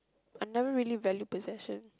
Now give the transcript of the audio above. I never really valued possession